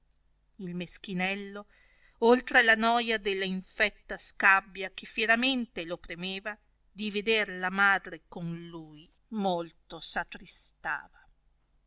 il meschinello oltra la noia della infetta scabbia che fieramente lo premeva di veder la madre con lui molto s attristava